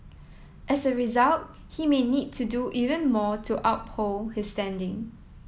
as a result he may need to do even more to uphold his standing